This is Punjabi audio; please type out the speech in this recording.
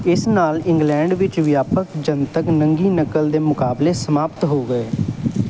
ਇਸ ਨਾਲ ਇੰਗਲੈਂਡ ਵਿੱਚ ਵਿਆਪਕ ਜਨਤਕ ਨੰਗੀ ਨਕਲ ਦੇ ਮੁਕਾਬਲੇ ਸਮਾਪਤ ਹੋ ਗਏ